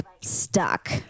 stuck